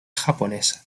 japonesa